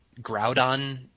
Groudon